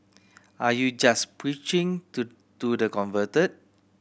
are you just preaching to to the converted